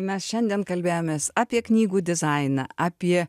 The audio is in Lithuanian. mes šiandien kalbėjomės apie knygų dizainą apie